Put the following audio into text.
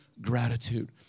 gratitude